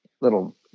little